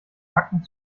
backen